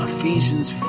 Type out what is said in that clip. Ephesians